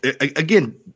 again